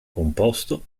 composto